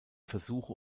versuche